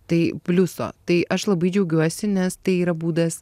tai pliuso tai aš labai džiaugiuosi nes tai yra būdas